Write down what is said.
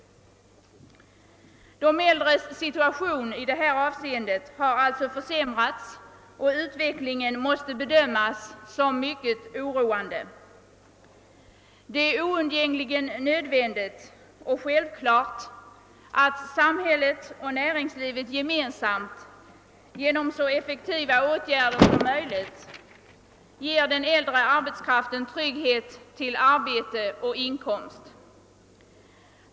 De äldres situation i detta avseende har alltså försämrats, och utvecklingen måste bedömas som mycket oroande. Det är oundgängligen nödvändigt och självklart att samhället och näringslivet gemensamt genom så effektiva åtgärder som möjligt ger den äldre arbetskraften trygghet till arbete och inkomst.